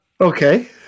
Okay